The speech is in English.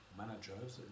managers